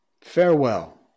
Farewell